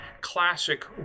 classic